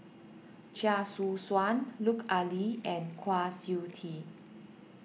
Chia Choo Suan Lut Ali and Kwa Siew Tee